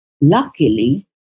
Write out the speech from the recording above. Luckily